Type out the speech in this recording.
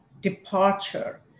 departure